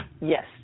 Yes